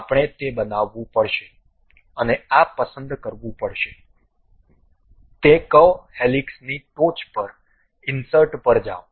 હવે તેના પર આપણે તે બનાવવું પડશે અને આ પસંદ કરવું પડશે તે કર્વ હેલિક્સની ટોચ પર ઇન્સર્ટ પર જાઓ